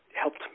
helped